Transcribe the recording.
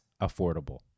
affordable